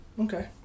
Okay